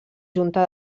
junta